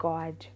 God